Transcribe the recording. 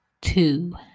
two